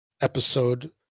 episode